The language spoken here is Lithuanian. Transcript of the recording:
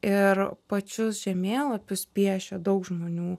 ir pačius žemėlapius piešė daug žmonių